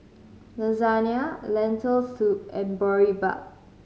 Lasagna Lentil Soup and Boribap